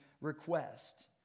request